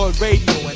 Radio